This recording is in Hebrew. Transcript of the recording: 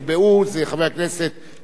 כמובן,